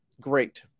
great